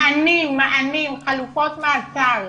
מענים, מענים, חלופות מעצר.